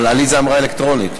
אבל עליזה אמרה אלקטרונית.